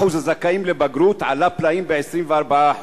אחוז הזכאים לבגרות עלה פלאים ב-24%.